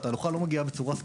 היא לא ספונטנית.